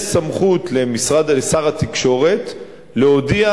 יש סמכות לשר התקשורת להודיע